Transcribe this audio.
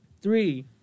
three